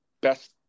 best